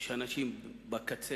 יש אנשים בקצה